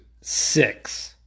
six